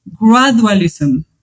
gradualism